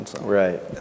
Right